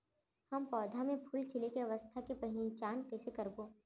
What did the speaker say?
हम पौधा मे फूल खिले के अवस्था के पहिचान कईसे करबो